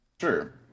Sure